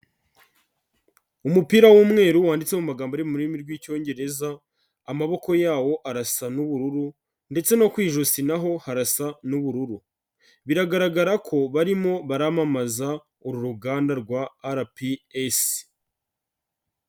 Umupira w'umweru wanditse mu magambo ari mu rurimi rww'Icyongereza, amaboko yawo arasa n'ubururu ndetse no ku ijosi naho harasa n'ubururu, biragaragara ko barimo baramamaza uru ruganda rwa RPS.